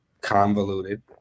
convoluted